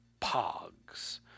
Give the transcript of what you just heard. pogs